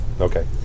Okay